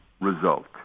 result